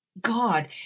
God